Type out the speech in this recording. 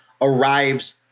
arrives